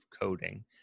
coding